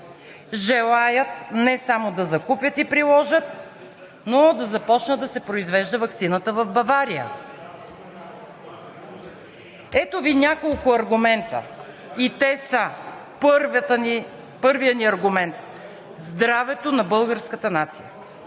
желаят не само да закупят и приложат, но и да започне да се произвежда ваксината в Бавария. Ето Ви няколко аргумента и те са: първият аргумент – здравето на българската нация.